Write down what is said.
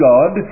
God